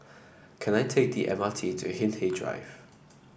can I take the M R T to Hindhede Drive